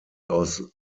aus